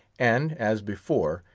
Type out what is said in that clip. and, as before,